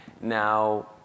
now